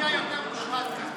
מי היותר-מושחת כאן.